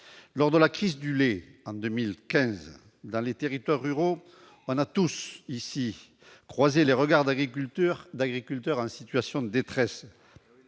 Lors de la crise du lait, en 2015, dans les territoires ruraux, tous ici nous avons croisé le regard d'agriculteurs en situation de détresse,